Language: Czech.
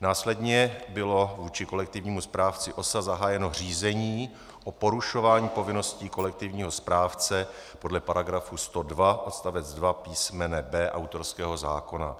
Následně bylo vůči kolektivnímu správci OSA zahájeno řízení o porušování povinností kolektivního správce podle § 102 odst. 2 písm. b) autorského zákona.